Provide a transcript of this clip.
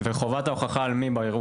ועל מי חובת ההוכחה בערעור?